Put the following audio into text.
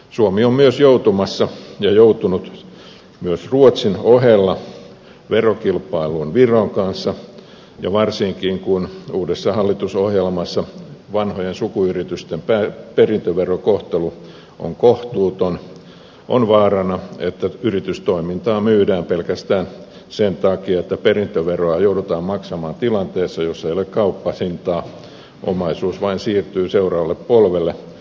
suomi on myös joutumassa ja joutunut verokilpailuun ruotsin ohella viron kanssa ja varsinkin kun uudessa hallitusohjelmassa vanhojen sukuyritysten perintöverokohtelu on kohtuuton on vaarana että yritystoimintaa myydään pelkästään sen takia että perintöveroa joudutaan maksamaan tilanteessa jossa ei ole kauppahintaa omaisuus vain siirtyy seuraavalle polvelle